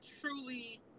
truly